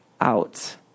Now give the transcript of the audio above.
Out